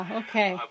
okay